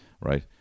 right